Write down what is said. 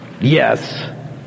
Yes